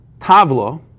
tavla